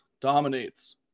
dominates